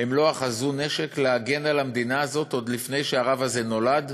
הם לא אחזו נשק להגן על המדינה הזאת עוד לפני שהרב הזה נולד?